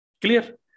Clear